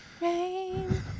rain